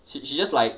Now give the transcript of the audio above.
she she just like